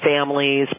families